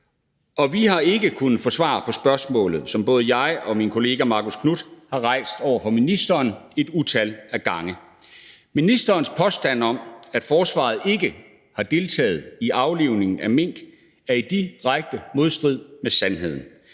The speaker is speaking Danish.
og vi har ikke kunnet få svar på spørgsmålet, som både jeg og min kollega Marcus Knuth har rejst over for ministeren et utal af gange. Ministerens påstand om, at forsvaret ikke har deltaget i aflivning af mink, er i direkte modstrid med sandheden.